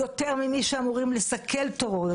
יותר ממי שאמורים לסכל טרור,